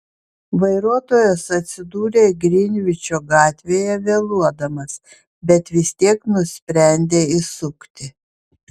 vairuotojas atsidūrė grinvičo gatvėje vėluodamas bet vis tiek nusprendė įsukti